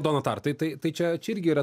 dona tart tai tai tai čia čia irgi yra